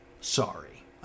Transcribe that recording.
Sorry